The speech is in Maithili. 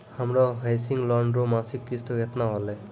हमरो हौसिंग लोन रो मासिक किस्त केतना होलै?